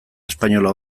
espainola